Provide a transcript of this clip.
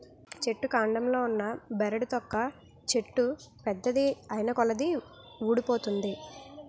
చెట్టు కాండంలో ఉన్న బెరడు తొక్క చెట్టు పెద్దది ఐతున్నకొలది వూడిపోతుంది